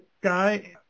guy